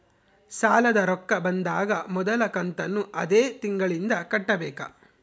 ಸಾಲದ ರೊಕ್ಕ ಬಂದಾಗ ಮೊದಲ ಕಂತನ್ನು ಅದೇ ತಿಂಗಳಿಂದ ಕಟ್ಟಬೇಕಾ?